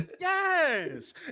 yes